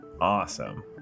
awesome